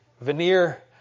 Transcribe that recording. veneer